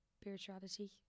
spirituality